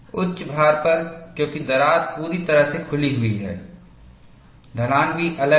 उच्च भार पर क्योंकि दरार पूरी तरह से खुली हुई है ढलान भी अलग है